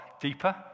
deeper